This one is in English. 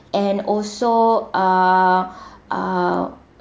and also uh uh